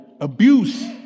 Abuse